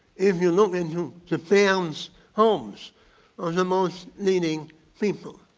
if you look into the fans homes on the most living people